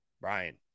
Brian